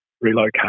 relocate